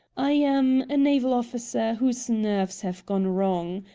i am a naval officer whose nerves have gone wrong.